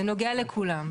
זה נוגע לכולם,